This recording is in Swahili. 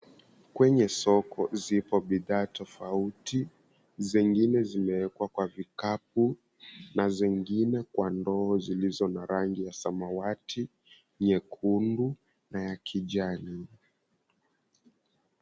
Kwenye soko zipo bidhaa tofauti Zengine zimewekwa kwa vikapu na zengine kwa ndoo zilizo na rangi ya samawati, nyekundu na ya kijani.